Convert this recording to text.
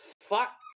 fuck